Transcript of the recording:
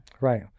right